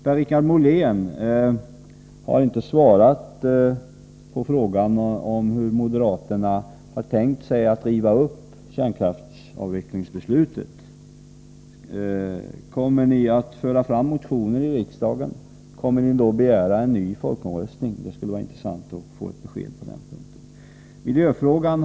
Per-Richard Molén har inte svarat på frågan om hur moderaterna har tänkt sig att riva upp kärnkraftsavvecklingsbeslutet. Kommer ni att föra fram motioner i riksdagen? Kommer ni då att begära en ny folkomröstning? Det skulle vara intressant att få ett besked på den punkten.